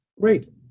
Great